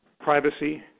privacy